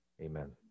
amen